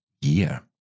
year